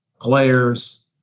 players